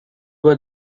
were